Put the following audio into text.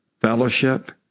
fellowship